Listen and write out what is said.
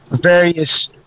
various